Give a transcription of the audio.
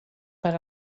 per